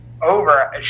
Over